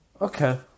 Okay